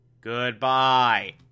Goodbye